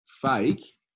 fake